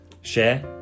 share